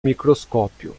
microscópio